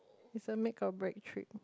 is a make or break trip